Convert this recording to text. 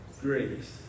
Grace